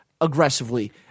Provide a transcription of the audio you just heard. aggressively